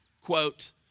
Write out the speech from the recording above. quote